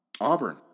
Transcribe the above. Auburn